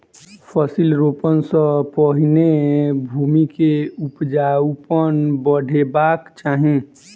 फसिल रोपअ सॅ पहिने भूमि के उपजाऊपन बढ़ेबाक चाही